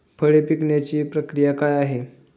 फळे पिकण्याची प्रक्रिया काय आहे?